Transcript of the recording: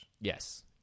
Yes